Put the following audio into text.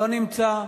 לא נמצא.